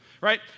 Right